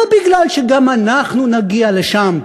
לא בגלל שגם אנחנו נגיע לשם,